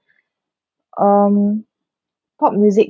um pop music